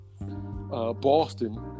Boston